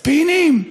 ספינים,